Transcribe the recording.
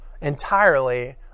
entirely